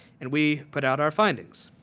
and we put out our findings.